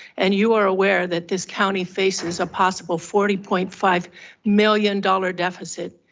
and you are aware that this county faces a possible forty point five million dollars deficit,